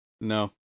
No